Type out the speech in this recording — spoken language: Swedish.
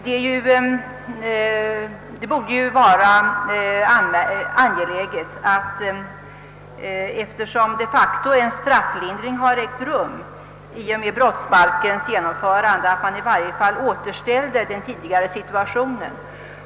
Eftersom en strafflindring de facto har ägt rum i och med den nya brottsbalkens genomförande, framstår det som angeläget att vi åtminstone söker återställa den tidigare situationen.